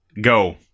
go